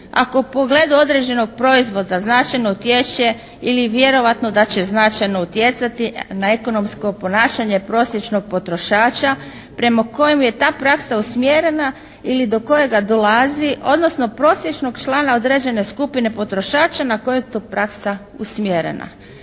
ako u pogledu određenog proizvoda značajno utječe ili vjerovatno da će značajno utjecati na ekonomsko ponašanje prosječnog potrošača prema kojem je ta praksa usmjerena ili do kojega dolazi odnosno prosječnog člana određene skupine potrošača na koje to praksa usmjerena.